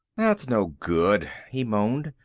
that's no good, he moaned.